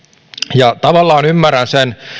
ja tavallaan ymmärrän